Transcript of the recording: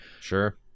sure